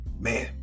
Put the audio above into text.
man